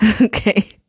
Okay